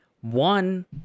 One